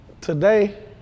Today